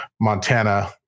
Montana